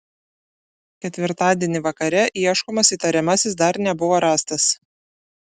ketvirtadienį vakare ieškomas įtariamasis dar nebuvo rastas